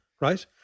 right